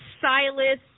Silas